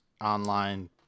online